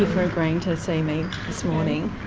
ah for agreeing to see me this morning.